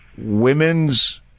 women's